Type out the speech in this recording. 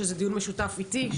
דיון משותף איתי.